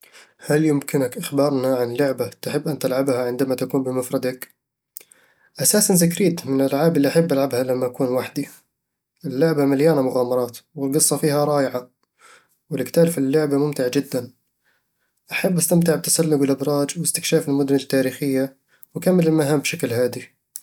هل يمكنك إخبارنا عن لعبة تحب أن تلعبها حينما تكون بمفردك؟ أساسنز كريد من الألعاب اللي أحب ألعبها لما أكون لوحدي اللعبة مليانة مغامرات، والقصة فيها رايعة، والقتال في اللعبة ممتع جدًا أحب أستمتع بتسلق الأبراج واستكشاف المدن التاريخية وأكمل المهام بشكل هادي